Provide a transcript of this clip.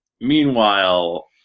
Meanwhile